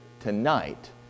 tonight